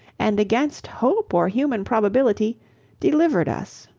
and against hope or human probability delivered us!